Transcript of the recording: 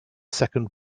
second